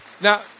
Now